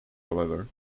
however